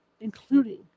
including